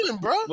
bro